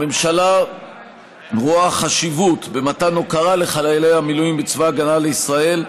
הממשלה רואה חשיבות במתן הוקרה לחיילי המילואים בצבא הגנה לישראל,